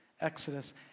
Exodus